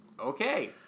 Okay